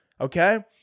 okay